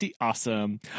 awesome